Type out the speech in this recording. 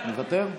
מוותר?